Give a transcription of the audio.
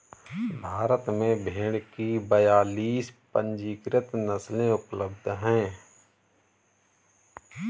भारत में भेड़ की बयालीस पंजीकृत नस्लें उपलब्ध हैं